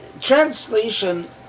translation